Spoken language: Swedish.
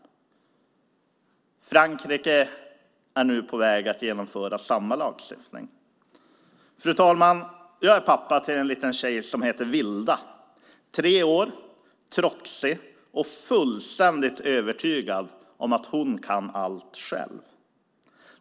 Frankrike är nu på väg att genomföra samma lagstiftning. Fru talman! Jag är pappa till en liten tjej som heter Wilda. Hon är tre år, trotsig och fullständigt övertygad om att hon kan allt själv.